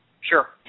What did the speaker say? Sure